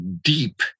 deep